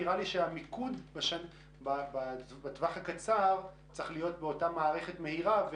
נראה לי שהמיקוד בטווח הקצר צריך להיות באותה מערכת מהירה,